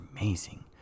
amazing